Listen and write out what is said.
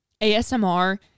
ASMR